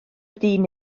dyn